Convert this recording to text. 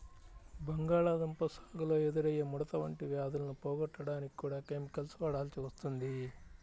బంగాళాదుంప సాగులో ఎదురయ్యే ముడత వంటి వ్యాధులను పోగొట్టడానికి కూడా కెమికల్స్ వాడాల్సి వస్తుంది